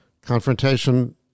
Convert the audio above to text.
confrontation